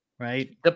right